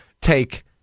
take